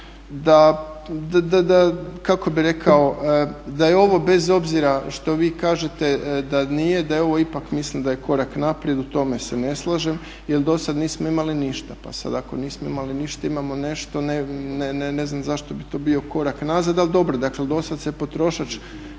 da kako bih rekao, da je ovo bez obzira što vi kažete da nije, da je ovo ipak, mislim da je korak naprijed, u tome se ne slažem jer do sada nismo imali ništa. Pa sada ako nismo imali ništa, imamo nešto, ne znam zašto bi to bio korak nazad ali dobro dakle do sada se potrošač